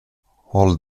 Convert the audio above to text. håll